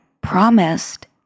promised